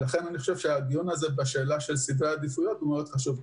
לכן אני חושב שהדיון בשאלת סדרי עדיפויות הוא מאוד חשוב.